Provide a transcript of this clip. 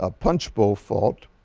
ah punchbowl fault.